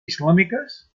islàmiques